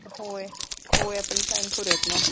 होय होय आपण प्लॅन करूयात मग